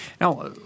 Now